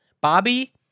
Bobby